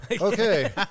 Okay